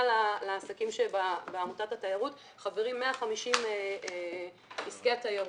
לעסקים שבעמותת התיירות בה חברים 150 עסקי תיירות.